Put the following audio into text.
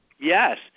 Yes